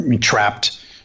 trapped